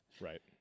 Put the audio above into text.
Right